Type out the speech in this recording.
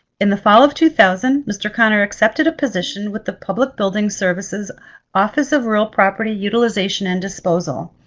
in the fall of two thousand, mr. connor accepted a position with the public building services office of real property utilization and disposal.